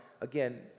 Again